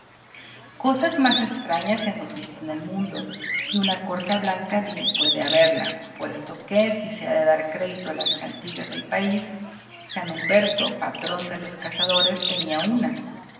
cosas más extrañas hemos visto en el mundo y una corza blanca bien puede haberla puesto que si se ha de dar crédito a las cantigas del país san humberto patrón de los cazadores tenía una